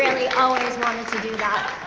always wanted to do that.